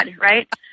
right